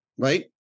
right